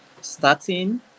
starting